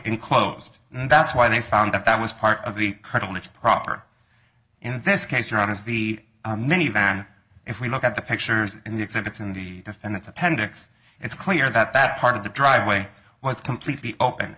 enclosed and that's why they found that that was part of the credible it's proper in this case around is the minivan if we look at the pictures in the exhibits in the defendant's appendix it's clear that that part of the driveway was completely open